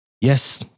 Yes